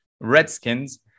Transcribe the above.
Redskins